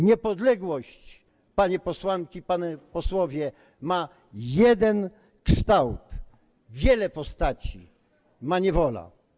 Niepodległość, panie posłanki i panowie posłowie, ma jeden kształt, wiele postaci ma niewola.